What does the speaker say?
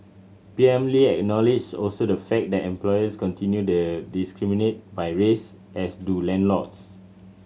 P M Lee acknowledged also the fact that employers continue the discriminate by race as do landlords